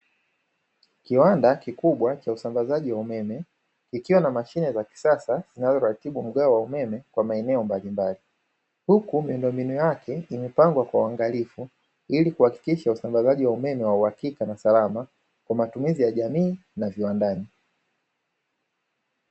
Kiwanda kikubwa cha usambazaji wa umeme, kikiwa na mashine za kisasa zinazoratibu mgao wa umeme kwa maeneo mbalimbali, huku miundo mbinu yake imepangwa kwa uangalifu ili kuhakikisha usambazaji wa umeme wa uhakika na salama kwa matumizi ya jamii na kiwandani.